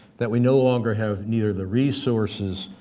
that we no longer have either the resources